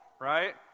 right